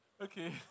Okay